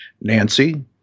Nancy